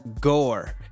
Gore